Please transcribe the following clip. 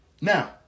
Now